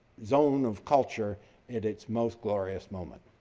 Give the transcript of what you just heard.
zone of culture at its most glorious moment.